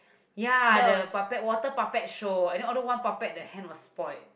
ya the puppet water puppet show and then one puppet the hand was spoilt